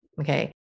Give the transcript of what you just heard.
Okay